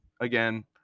again